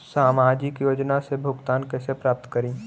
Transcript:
सामाजिक योजना से भुगतान कैसे प्राप्त करी?